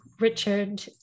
Richard